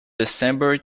december